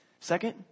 Second